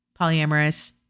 Polyamorous